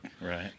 Right